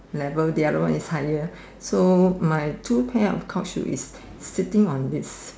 level the other one is higher so my two pair of court shoe is sitting on this